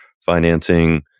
financing